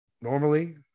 normally